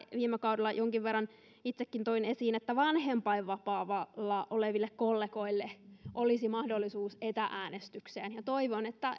viime kaudella jonkin verran itsekin toin esiin että vanhempainvapailla olevilla kollegoilla olisi mahdollisuus etä äänestykseen niin toivon että